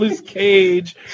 Cage